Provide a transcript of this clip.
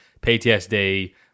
PTSD